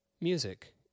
Music